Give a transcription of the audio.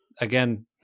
again